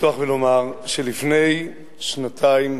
לפתוח ולומר שלפני שנתיים,